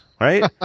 Right